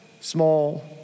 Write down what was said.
small